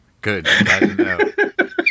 Good